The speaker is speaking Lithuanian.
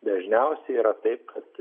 dažniausiai yra taip kad